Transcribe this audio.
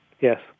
yes